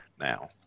now